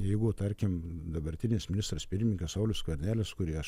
jeigu tarkim dabartinis ministras pirmininkas saulius skvernelis kurį aš